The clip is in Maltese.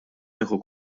nieħu